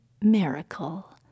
miracle